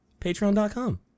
Patreon.com